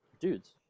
dudes